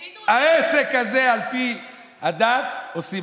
פינדרוס, העסק הזה, על פי הדת עושים.